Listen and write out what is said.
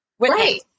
Right